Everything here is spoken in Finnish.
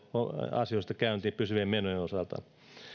asioista käyntiin pysyvien menojen osalta